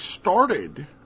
started